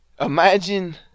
Imagine